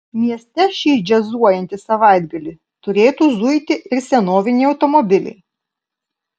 mieste šį džiazuojantį savaitgalį turėtų zuiti ir senoviniai automobiliai